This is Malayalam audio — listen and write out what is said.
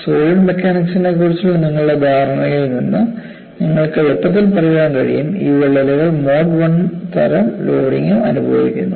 സോളിഡ് മെക്കാനിക്സിനെക്കുറിച്ചുള്ള നിങ്ങളുടെ ധാരണയിൽ നിന്ന് നിങ്ങൾക്ക് എളുപ്പത്തിൽ പറയാൻ കഴിയും ഈ വിള്ളലുകൾ മോഡ് 1 തരം ലോഡിംഗും അനുഭവിക്കുന്നു